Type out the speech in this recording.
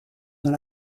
dans